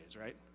right